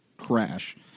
crash